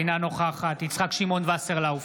אינה נוכחת יצחק שמעון וסרלאוף,